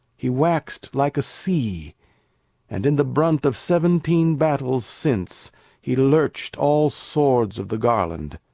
he waxed like a sea and in the brunt of seventeen battles since he lurch'd all swords of the garland.